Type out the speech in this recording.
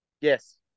Yes